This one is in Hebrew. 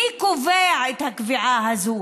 מי קובע את הקביעה הזאת?